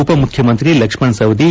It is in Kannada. ಉಪ ಮುಖ್ಯಮಂತ್ರಿ ಲಕ್ಷಣ್ ಸವದಿ